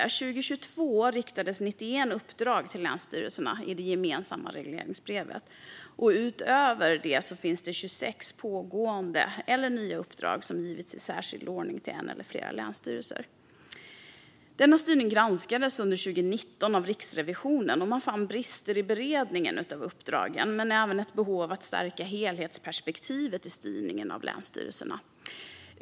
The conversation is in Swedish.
År 2022 riktades 91 uppdrag till länsstyrelserna i det gemensamma regleringsbrevet, och utöver det finns 26 pågående eller nya uppdrag som givits i särskild ordning till en eller flera länsstyrelser. Denna styrning granskades under 2019 av Riksrevisionen som fann brister i beredning av uppdragen. Man såg även ett behov av att stärka helhetsperspektivet i styrningen av länsstyrelserna.